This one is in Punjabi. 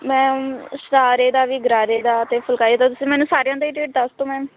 ਮੈਮ ਸ਼ਰਾਰੇ ਦਾ ਵੀ ਗਰਾਰੇ ਦਾ ਅਤੇ ਫੁਲਕਾਰੀ ਦਾ ਤੁਸੀਂ ਮੈਨੂੰ ਸਾਰਿਆਂ ਦੇ ਰੇਟ ਦੱਸ ਦਿਉ ਮੈਮ